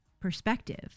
perspective